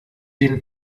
den